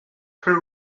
her